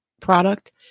product